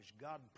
God